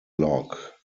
log